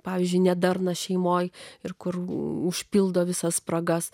pavyzdžiui nedarną šeimoje ir kur užpildo visas spragas